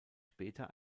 später